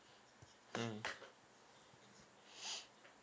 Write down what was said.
mm